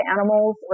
Animals